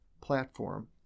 platform